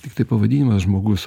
tiktai pavadinimas žmogus